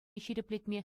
ҫирӗплетме